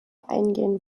eingehen